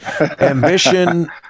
ambition